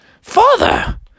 Father